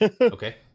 Okay